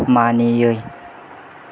मानियै